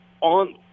on